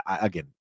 again